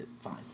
fine